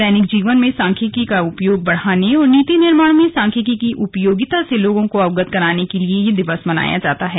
दैनिक जीवन में सांख्यिकी का उपयोग बढ़ाने और नीति निर्माण में सांख्यिकी की उपयोगिता से लोगों को अवगत कराने के लिए यह दिवस मनाया जाता है